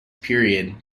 period